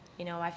you know,